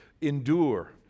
endure